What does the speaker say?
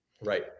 Right